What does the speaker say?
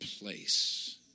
place